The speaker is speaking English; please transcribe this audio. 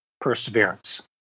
perseverance